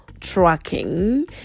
tracking